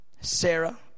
Sarah